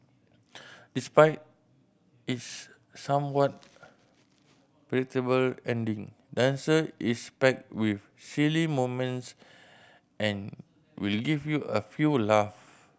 despite its somewhat predictable ending dancer is packed with silly moments and will give you a few laugh